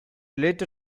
later